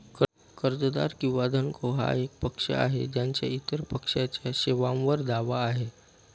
कर्जदार किंवा धनको हा एक पक्ष आहे ज्याचा इतर पक्षाच्या सेवांवर दावा आहे